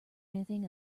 anything